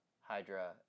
Hydra